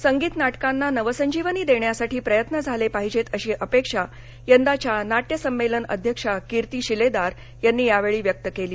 संगीत नाटकांना नवसंजीवनी देण्यासाठी प्रयत्न झाले पाहिजेत अशी अपेक्षा यंदाच्या नाट्यसंमेलन अध्यक्षा कीर्ति शिलेदार यांनी यावेळी व्यक्त केली